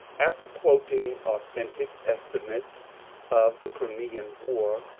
after quoting authen tic estimates of the crimean war,